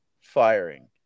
firing